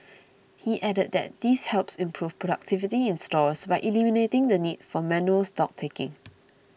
he added that this helps improve productivity in stores by eliminating the need for manual stock taking